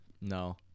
No